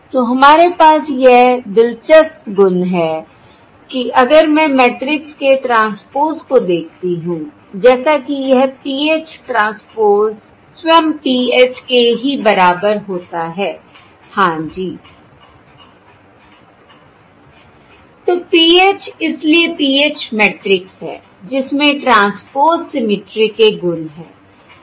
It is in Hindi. तो हमारे पास यह दिलचस्प गुण है कि अगर मैं मैट्रिक्स के ट्रांसपोज़ को देखती हूं जैसा कि यह PH ट्रांसपोज़ स्वयं PH के ही बराबर होता है हाँ जी I तो PH इसलिए PH मैट्रिक्स है जिसमें ट्रांसपोज़ सिमिट्री के गुण है